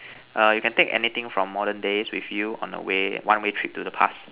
err you can take anything from modern days with you on the way one way trip to the past